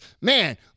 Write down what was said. man